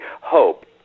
hope